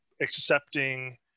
accepting